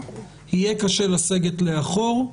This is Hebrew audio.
יהיה קשה לסגת לאחור.